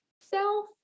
self